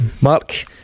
Mark